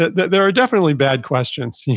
there are definitely bad questions,